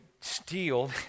steal